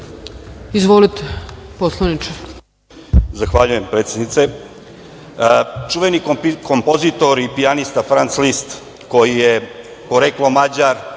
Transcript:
Izvinite, poslaniče,